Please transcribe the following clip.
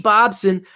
Bobson